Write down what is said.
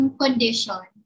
condition